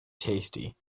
tasty